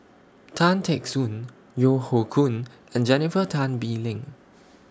Tan Teck Soon Yeo Hoe Koon and Jennifer Tan Bee Leng